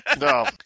No